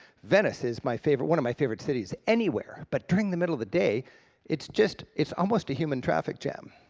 venice is my favorite one of my favorite cities anywhere, but during the middle of the day it's just, it's almost a human traffic jam.